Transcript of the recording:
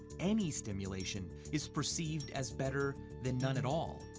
any stimulation is perceived as better than none at all.